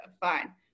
Fine